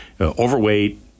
Overweight